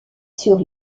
sur